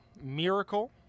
Miracle